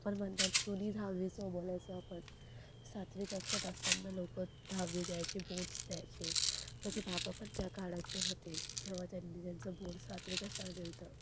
जर आपण म्हनणार जुनी दहावीच बोलायचं आपण सातवी कक्षेत असताना लोक दहावी द्यायची बोर्ड्स द्यायचे माझे बाबा पण त्या काळाचे होते जेव्हा त्यांनी त्यांचं बोर्ड सातवीत असताना दिलं होतं